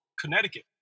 Connecticut